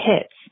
hits